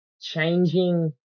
changing